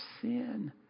sin